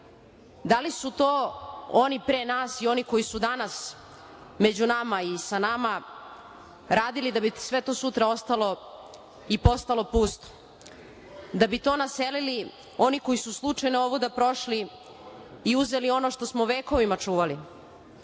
li su to oni pre nas i oni koji su danas među nama i sama radili da bi sve to sutra ostalo i postalo pusto, da bi to naselili oni koji su slučajno ovuda prošli u uzeli ono što smo vekovima čuvali?